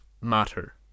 matter